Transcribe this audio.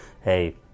Hey